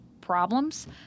problems